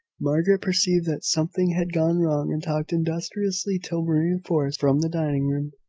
margaret perceived that something had gone wrong and talked industriously till reinforced from the dining-room.